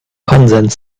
konsens